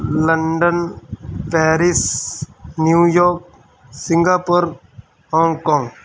London Paris New York Singapore Hong Kong